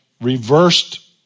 reversed